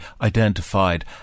identified